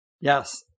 Yes